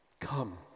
Come